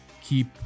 Keep